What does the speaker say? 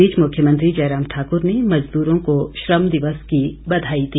इस बीच मुख्यमंत्री जयराम ठाकुर ने मज़दूरों को श्रम दिवस की बधाई दी